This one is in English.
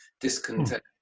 discontent